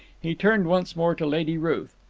he turned once more to lady ruth.